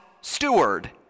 steward